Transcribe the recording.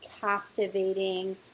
captivating